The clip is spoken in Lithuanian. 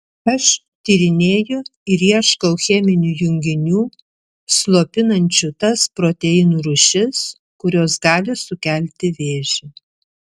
aš tyrinėju ir ieškau cheminių junginių slopinančių tas proteinų rūšis kurios gali sukelti vėžį